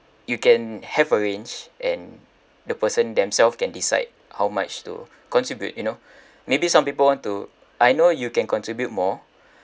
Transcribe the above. you can have a range and the person themselves can decide how much to contribute you know maybe some people want to I know you can contribute more